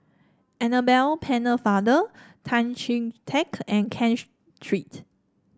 Annabel Pennefather Tan Chee Teck and Ken Street